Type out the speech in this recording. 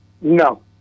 No